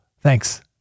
Thanks